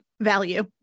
Value